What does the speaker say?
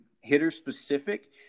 hitter-specific